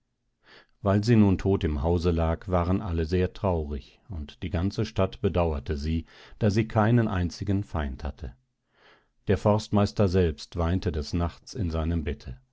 weil sie nun tot im hause lag waren alle sehr traurig und die ganze stadt bedauerte sie da sie keinen einzigen feind hatte der forstmeister selbst weinte des nachts in seinem bette